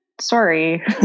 sorry